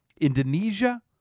Indonesia